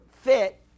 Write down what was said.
fit